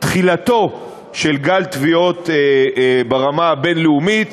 תחילתו של גל תביעות ברמה הבין-לאומית,